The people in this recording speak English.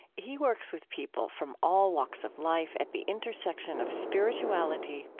he works with people from all walks of life at the intersection of spirituality,